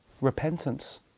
repentance